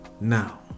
now